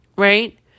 Right